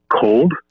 cold